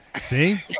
See